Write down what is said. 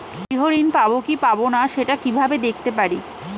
গৃহ ঋণ পাবো কি পাবো না সেটা কিভাবে দেখতে পারি?